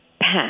Pass